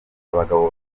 abagabo